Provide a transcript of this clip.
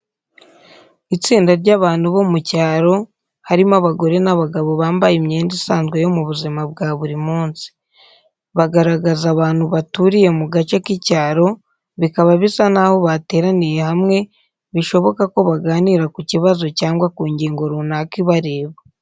Itsinda ry’abantu bo mu cyaro harimo abagore n’abagabo bambaye imyenda isanzwe yo mu buzima bwa buri munsi. Bagaragaza abantu baturiye mu gace k’icyaro bikaba bisa n’aho bateraniye hamwe, bishoboka ko baganira ku kibazo cyangwa ku ngingo runaka ibareba.